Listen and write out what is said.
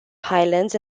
highlands